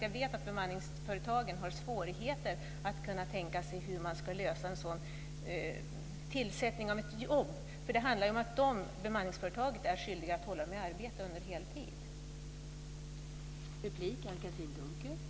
Jag vet att bemanningsföretagen har svårigheter att tänka sig hur man ska lösa tillsättning av ett jobb. Det handlar ju om att bemanningsföretaget är skyldigt att hålla människor i arbete på heltid.